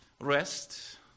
rest